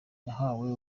bahawe